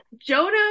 jonah